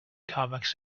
comics